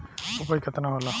उपज केतना होला?